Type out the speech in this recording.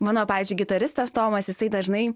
mano pavyzdžiui gitaristas tomas jisai dažnai